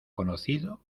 conocido